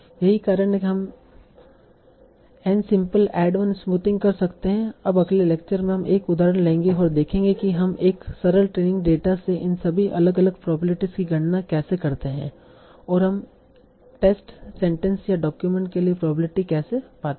यही कारण है कि हम n सिंपल ऐड 1 स्मूथिंग कर सकते हैं अब अगले लेक्चर में हम एक उदाहरण लेंगे और देखेंगे कि हम एक सरल ट्रेनिंग डेटा से इन सभी अलग अलग प्रोबेबिलिटीस की गणना कैसे करते हैं और हम टेस्ट सेंटेंस या डॉक्यूमेंट के लिए प्रोबेबिलिटी केसे पाते हैं